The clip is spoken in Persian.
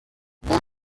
مگه